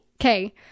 Okay